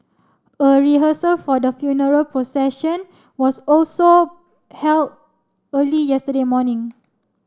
a rehearsal for the funeral procession was also held early yesterday morning